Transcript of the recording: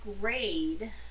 grade